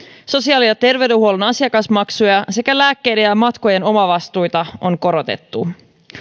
sosiaali ja terveydenhuollon asiakasmaksuja sekä lääkkeiden ja matkojen omavastuita on korotettu